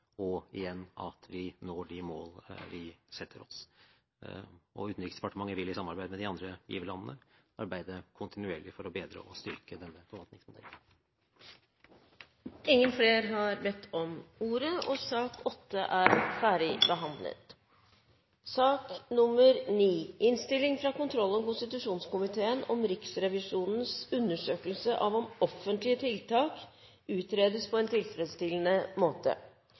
og – igjen – at vi når de målene vi setter oss. Utenriksdepartementet vil, i samarbeid med de andre giverlandene, arbeide kontinuerlig for å bedre og styrke denne forvaltningsmodellen. Flere har ikke bedt om ordet til sak nr. 8. Det er